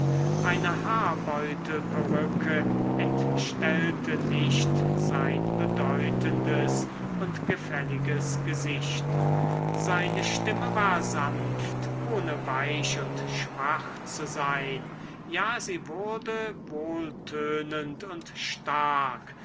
eine haarbeutelperücke entstellte nicht sein bedeutendes und gefälliges gesicht seine stimme war sanft ohne weich und schwach zu sein ja sie wurde wohltönend und stark